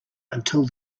until